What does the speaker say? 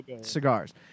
cigars